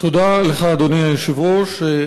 תודה לך, אדוני היושב-ראש.